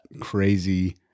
crazy